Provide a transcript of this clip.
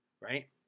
right